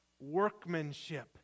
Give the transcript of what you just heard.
workmanship